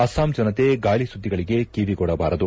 ಅಸ್ಲಾಂ ಜನತೆ ಗಾಳಿ ಸುಧ್ಗಳಿಗೆ ಕಿವಿಗೊಡಬಾರದು